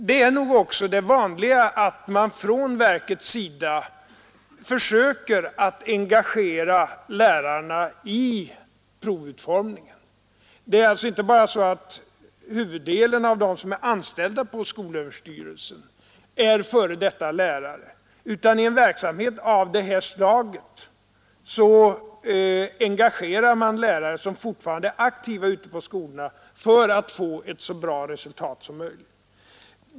Det är också det vanliga att man från verkets sida försöker engagera lärarna i utformningen av proven. Det förhåller sig inte bara så att huvuddelen av dem som är anställda på skolöverstyrelsen är f. d. lärare, utan i verksamheter av detta slag engagerar man också lärare som alltjämt är aktiva ute i skolorna för att få ett så bra resultat som möjligt.